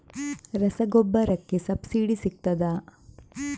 ರಸಗೊಬ್ಬರಕ್ಕೆ ಸಬ್ಸಿಡಿ ಸಿಗ್ತದಾ?